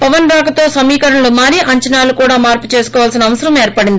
పవన్ రాకతో సమీకరణాలు మారి అంచనాలు కూడా మార్పుచేసుకోవలసిన అవసరం ఏర్పడింది